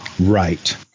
Right